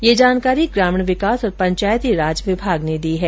यह जानकारी ग्रामीण विकास और पंचायती राज विभाग ने दी है